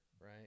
Right